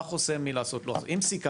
מה חוסם מלעשות לוח זמנים אם סיכמתם?